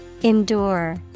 Endure